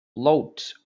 loads